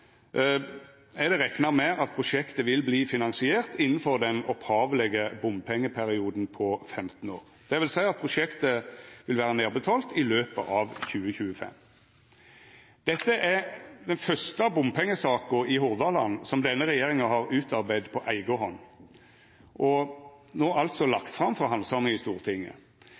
er det rekna med at prosjektet vil verta finansiert innanfor den opphavlege bompengeperioden på 15 år, dvs. at prosjektet vil vera nedbetalt i løpet av 2025. Dette er den første bompengesaka i Hordaland som denne regjeringa har utarbeidd på eiga hand, og nå altså lagt fram for handsaming i Stortinget.